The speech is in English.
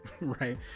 right